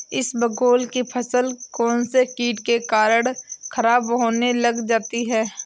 इसबगोल की फसल कौनसे कीट के कारण खराब होने लग जाती है?